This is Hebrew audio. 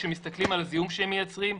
כשמסתכלים על הזיהום שהם מייצרים,